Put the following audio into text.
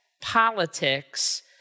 politics